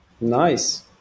Nice